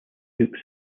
books